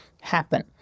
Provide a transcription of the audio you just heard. happen